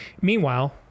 Meanwhile